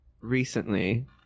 recently